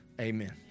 Amen